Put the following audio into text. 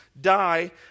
die